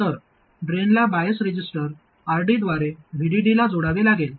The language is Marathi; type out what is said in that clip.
तर ड्रेनला बायस रेझिस्टर RD द्वारे VDD ला जोडावे लागेल